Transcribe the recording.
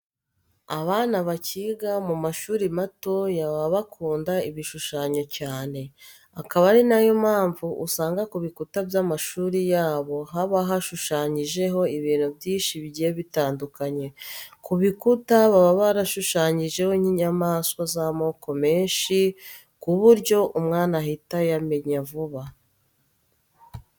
Abana bakiga mu mashuri matoya baba bakunda ibishushanyo cyane, akaba ari na yo mpamvu usanga ku bikuta by'amashuri yabo haba hashushanyijeho ibintu byinshi bigiye bitandukanye. Ku bikuta baba barashushanyijeho nk'inyamaswa z'amoko menshi ku buryo umwana ahita ayamenya vuba.